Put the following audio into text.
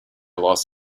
los